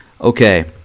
okay